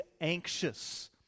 anxious